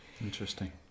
Interesting